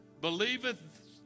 Believeth